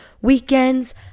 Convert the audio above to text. weekends